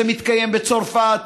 זה מתקיים בצרפת,